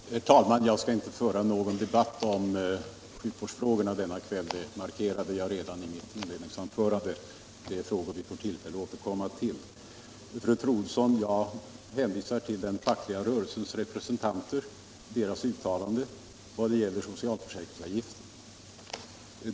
Herr talman! Jag skall inte föra någon debatt om sjukvårdsfrågorna denna kväll, det markerade jag redan i mitt inledningsanförande. Det är frågor som vi får tillfälle att återkomma till. Jag hänvisar, fru Troedsson, till uttalanden från den fackliga rörelsens representanter i vad gäller socialförsäkringsavgifterna.